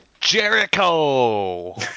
Jericho